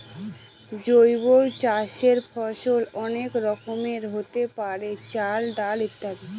জৈব চাষের ফসল অনেক রকমেরই হতে পারে, চাল, ডাল ইত্যাদি